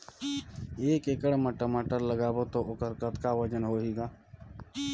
एक एकड़ म टमाटर लगाबो तो ओकर कतका वजन होही ग?